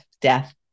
death